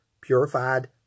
purified